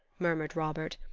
murmured robert.